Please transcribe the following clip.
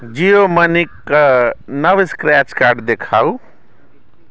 Jio money कऽ नव scratch card देखाउ